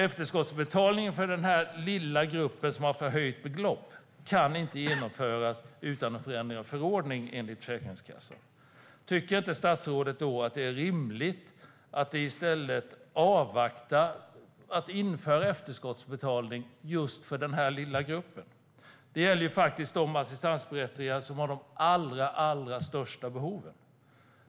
Efterskottsbetalning för den lilla grupp som har förhöjt belopp kan inte genomföras utan en förordningsändring, enligt Försäkringskassan. Tycker inte statsrådet då att det är rimligt att avvakta med att införa efterskottsbetalning för just denna lilla grupp? Det gäller faktiskt de assistansberättigade som har de allra största behoven.